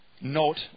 note